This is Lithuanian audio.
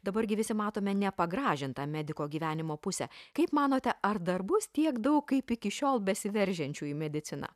dabar gi visi matome nepagražintą mediko gyvenimo pusę kaip manote ar dar bus tiek daug kaip iki šiol besiveržiančių į mediciną